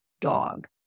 dog